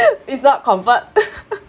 it's not comfort